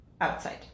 outside